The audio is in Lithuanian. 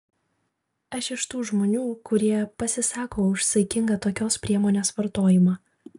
aš iš tų žmonių kurie pasisako už saikingą tokios priemonės vartojimą